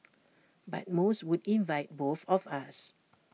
but most would invite both of us